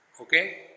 Okay